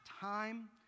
time